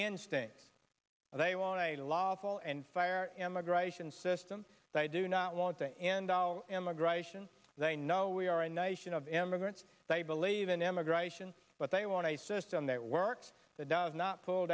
instincts and they want a lawful and fire immigration system that i do not want to endow immigration they know we are a nation of immigrants they believe in immigration but they want a system that works that does not pull